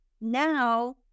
now